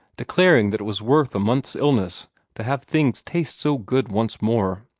declaring that it was worth a month's illness to have things taste so good once more.